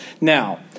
Now